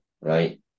right